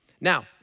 Now